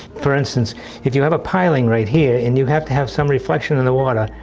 for instance if you have a piling right here, and you have to have some reflection in the water.